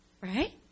Right